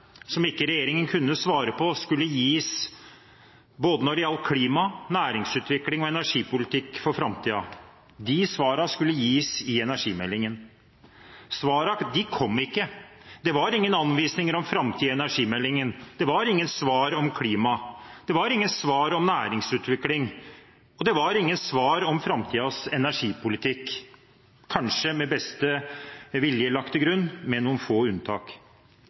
som regjeringen ikke kunne komme med, skulle gis når det gjaldt både klima, næringsutvikling og energipolitikk for framtiden. De svarene skulle gis i energimeldingen. Svarene kom ikke. Det var ingen anvisninger om framtiden i energimeldingen. Det var ingen svar om klima. Det var ingen svar om næringsutvikling, og det var ingen svar om framtidas energipolitikk, kanskje – med beste vilje lagt til grunn – med noen få unntak.